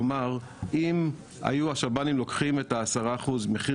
כלומר אם היו השב"נים לוקחים את ה-10% מחיר